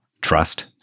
trust